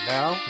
Now